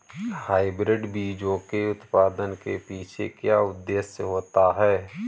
Hybrid बीजों के उत्पादन के पीछे क्या उद्देश्य होता है?